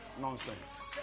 Nonsense